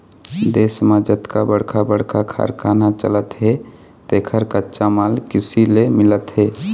देश म जतका बड़का बड़का कारखाना चलत हे तेखर कच्चा माल कृषि ले मिलत हे